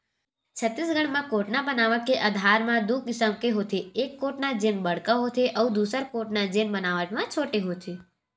छत्तीसगढ़ म कोटना बनावट के आधार म दू किसम के होथे, एक कोटना जेन बड़का होथे अउ दूसर कोटना जेन बनावट म छोटे होथे